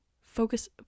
focus